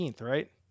Right